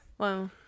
Wow